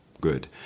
good